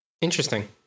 Interesting